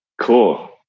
cool